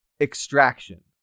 Extraction